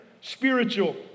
spiritual